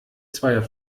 zweier